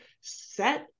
set